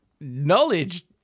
knowledge